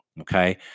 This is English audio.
Okay